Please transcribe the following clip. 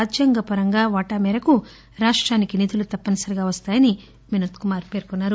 రాజ్యాంగపరంగా వాటా మేరకు రాష్టానికి నిధులు తప్పనిసరిగా వస్తాయని వినోద్ కుమార్ పేర్కొన్నారు